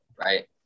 Right